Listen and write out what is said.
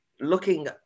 looking